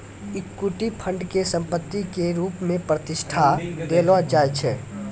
equity fund के संपत्ति के रुप मे प्रतिष्ठा देलो जाय छै